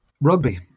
rugby